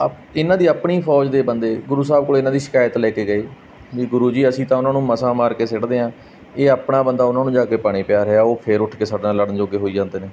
up ਇਹਨਾਂ ਦੀ ਆਪਣੀ ਫੌਜ ਦੇ ਬੰਦੇ ਗੁਰੂ ਸਾਹਿਬ ਕੋਲ ਇਹਨਾਂ ਦੀ ਸ਼ਿਕਾਇਤ ਲੈ ਕੇ ਗਏ ਵੀ ਗੁਰੂ ਜੀ ਅਸੀਂ ਤਾਂ ਉਹਨਾਂ ਨੂੰ ਮਸਾਂ ਮਾਰ ਕੇ ਸਿੱਟਦੇ ਹਾਂ ਇਹ ਆਪਣਾ ਬੰਦਾ ਉਹਨਾਂ ਨੂੰ ਜਾ ਕੇ ਪਾਣੀ ਪਿਆ ਰਿਹਾ ਉਹ ਫਿਰ ਉੱਠ ਕੇ ਸਾਡੇ ਨਾਲ ਲੜਨ ਜੋਗੇ ਹੋਈ ਜਾਂਦੇ ਨੇ